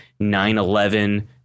9-11